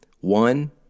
One